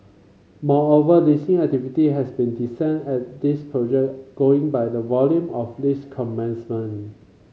moreover leasing activity has been decent at these project going by the volume of lease commencement